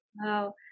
Wow